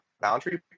boundary